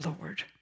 Lord